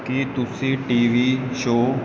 ਕੀ ਤੁਸੀਂ T V show